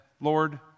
Lord